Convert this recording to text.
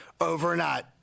overnight